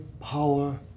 power